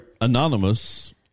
anonymous